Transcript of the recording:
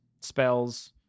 spells